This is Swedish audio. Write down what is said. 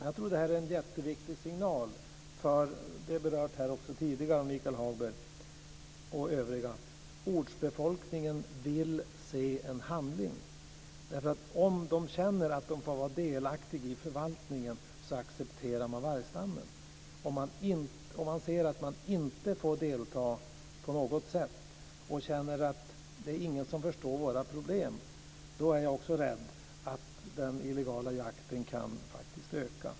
Jag tror att det är en jätteviktig signal - det har också berörts tidigare av Michael Hagberg och övriga - om ortsbefolkningen får se handling. Om de känner att de får vara delaktiga i förvaltningen accepterar de vargstammen. Om de ser att de inte får delta på något sätt och känner att ingen förstår deras problem är jag rädd för att den illegala jakten kan öka.